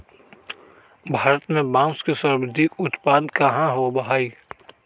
भारत में बांस के सर्वाधिक उत्पादन कहाँ होबा हई?